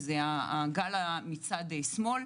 מצד שמאל,